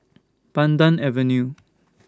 Pandan Avenue